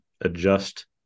adjust